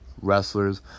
wrestlers